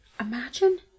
imagine